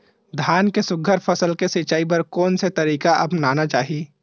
धान के सुघ्घर फसल के सिचाई बर कोन से तरीका अपनाना चाहि?